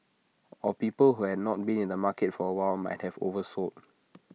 or people who had not been in the market for A while might have oversold